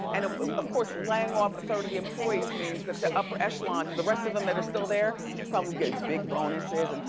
and of course, laying off a third of the employees means that the upper echelons, the rest of them that are still there probably'll get big bonuses,